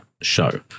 show